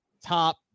top